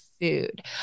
food